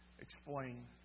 explain